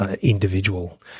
individual